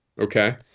Okay